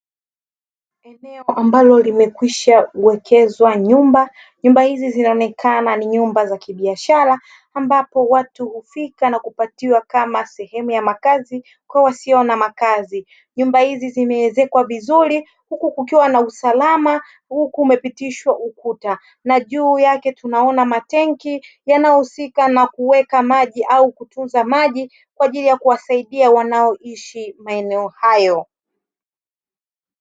Eneo ambalo limekwisha kuwekezwa nyumba, nyumba hizi zinaonekana kuwa ni nyumba za kibiashara, ambapo watu hufika na kupatiwa kama sehemu ya makazi kwa wasio na makazi. Nyumba hizi zimeezekwa vizuri huku kukiwa na usalama, huku umepitishwa ukuta na juu yake tunaona matenki yanayohusika na kuweka maji au kutunza maji, kwa ajili ya kuwasaidia wanaoishi maeneo hayo.